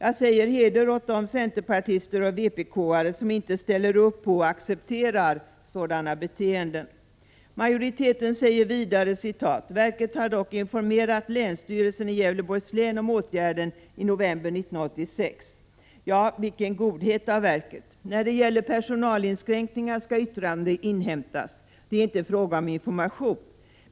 Nej, heder åt de centerpartister och vpk-are som inte ställer upp och accepterar sådana beteenden. Majoriteten säger vidare: ”Verket har dock informerat länsstyrelsen i Gävleborgs län om åtgärden i november 1986.” Vilken godhet av verket! När det gäller personalinskränkningar skall yttrande inhämtas. Det är inte fråga om information.